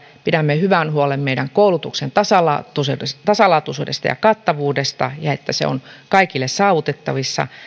pidämme hyvän huolen meidän koulutuksemme tasalaatuisuudesta ja kattavuudesta ja siitä että se on kaikille saavutettavissa